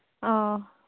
ꯑꯥ